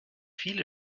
viele